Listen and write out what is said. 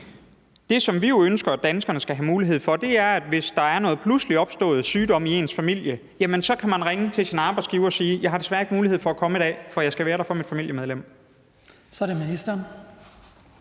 Det, som vi ønsker, at danskerne skal have mulighed for, er, at hvis der er noget pludseligt opstået sygdom i ens familie, kan man ringe til sin arbejdsgiver og sige: Jeg har desværre ikke mulighed for at komme i dag, for jeg skal være der for mit familiemedlem. Kl. 19:57 Den